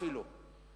אפילו.